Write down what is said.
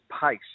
pace